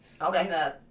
Okay